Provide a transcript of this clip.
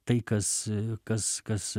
tai kas kas kas